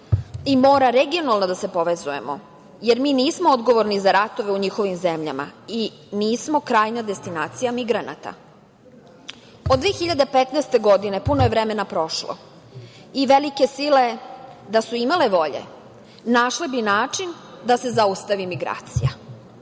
i mora regionalno da se povezujemo, jer mi nismo odgovorni za ratove u njihovim zemljama i nismo krajnja destinacija migranata. Od 2015. godine puno je vremena prošlo i velike sile da su imale volje, našle bi način da se zaustavi migracija. Još